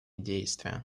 действия